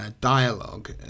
dialogue